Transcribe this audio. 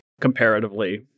Comparatively